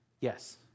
Yes